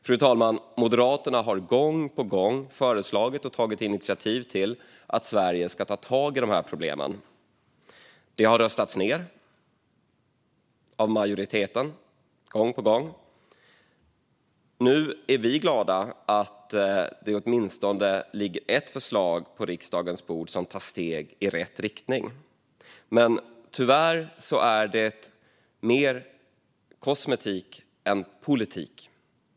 Fru talman! Moderaterna har gång på gång föreslagit att Sverige ska ta tag i dessa problem och tagit initiativ till det. Det har röstats ned av majoriteten, gång på gång. Nu är vi glada att det åtminstone ligger ett förslag på riksdagens bord som tar steg i rätt riktning, men tyvärr är det mer kosmetik än politik.